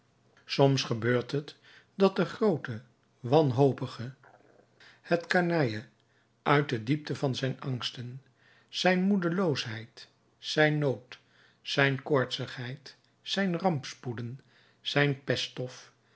soms gebeurt het dat de groote wanhopige het kanalje uit de diepte van zijn angsten zijn moedeloosheid zijn nood zijn koortsigheid zijn rampspoeden zijn peststof